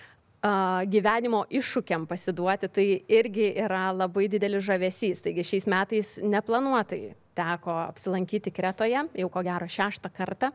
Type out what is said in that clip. gyvenimo iššūkiam pasiduoti tai irgi yra labai didelis žavesys taigi šiais metais neplanuotai teko apsilankyti kretoje jau ko gero šeštą kartą